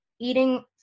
eating